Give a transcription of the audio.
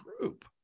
group